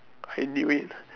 I knew it